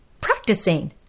practicing